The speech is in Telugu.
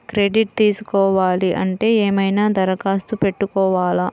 క్రెడిట్ తీసుకోవాలి అంటే ఏమైనా దరఖాస్తు పెట్టుకోవాలా?